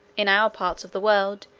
in our parts of the world,